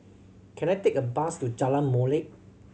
can I take a bus to Jalan Molek